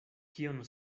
kion